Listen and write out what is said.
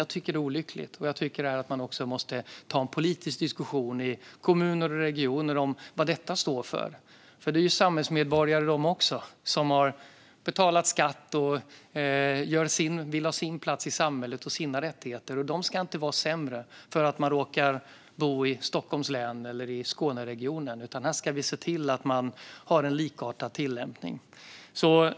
Jag tycker att det är olyckligt, och jag tycker att man måste ta en politisk diskussion i kommuner och regioner om vad detta står för. Det här är ju också samhällsmedborgare som har betalat skatt och vill ha sin plats i samhället och sina rättigheter. De ska inte ha det sämre för att de råkar bo i Stockholms län eller i Skåneregionen, utan vi ska se till att man har en likartad tillämpning.